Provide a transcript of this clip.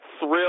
thrill